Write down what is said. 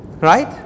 Right